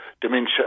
dementia